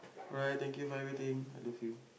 alright thank you for everything I love you